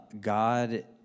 God